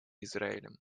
израилем